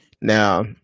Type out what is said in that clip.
Now